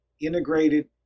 integrated